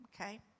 Okay